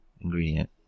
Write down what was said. ingredient